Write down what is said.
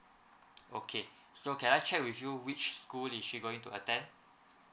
okay so can I check with you which school is she going to attend